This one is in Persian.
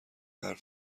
حرف